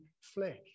flesh